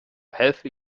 healthy